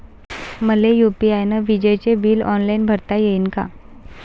मले यू.पी.आय न विजेचे बिल ऑनलाईन भरता येईन का?